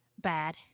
bad